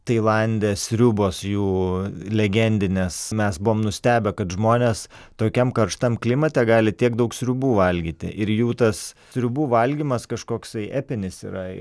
tailande sriubos jų legendinės mes buvom nustebę kad žmonės tokiam karštam klimate gali tiek daug sriubų valgyti ir jų tas sriubų valgymas kažkoksai epinis yra